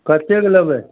कतेक लेबै